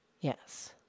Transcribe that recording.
Yes